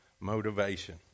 motivation